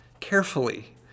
carefully